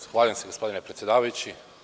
Zahvaljujem se, gospodine predsedavajući.